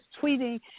tweeting